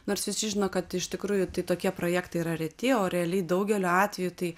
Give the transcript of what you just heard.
nors visi žino kad iš tikrųjų tai tokie projektai yra reti o realiai daugeliu atveju tai